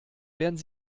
werden